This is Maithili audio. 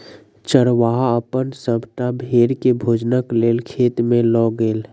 चरवाहा अपन सभटा भेड़ के भोजनक लेल खेत में लअ गेल